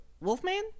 Wolfman